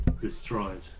destroyed